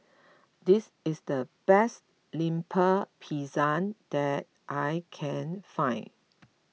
this is the best Lemper Pisang that I can find